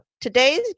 today's